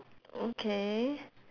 okay